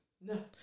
no